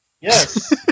Yes